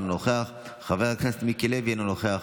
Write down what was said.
אינו נוכח,